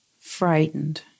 frightened